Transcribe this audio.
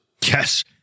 yes